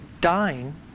dying